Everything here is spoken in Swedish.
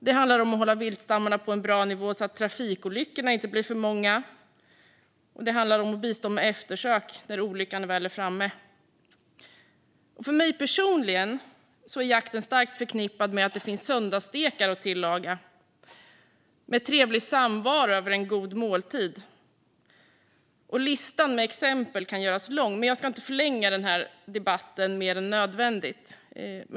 Det handlar om att hålla viltstammarna på en bra nivå så att trafikolyckorna inte blir för många och att bistå med eftersök när olyckan väl är framme. För mig personligen är jakten starkt förknippad med att det finns söndagsstekar att tillaga och med trevlig samvaro över en god måltid. Listan med exempel kan göras lång, men jag ska inte förlänga den här debatten mer än nödvändigt.